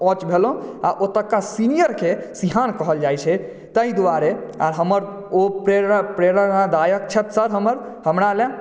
coach भेलहुँ आ ओतुका सीनियरकेँ शिहान कहल जाइत छै ताहि द्वारे आ हमर ओ प्रेरणा प्रेरणादायक छथि सर हमर हमरा लेल